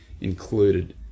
included